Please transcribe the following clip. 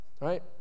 right